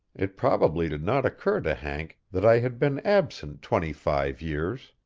it probably did not occur to hank that i had been absent twenty-five years.